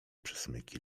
przesmyki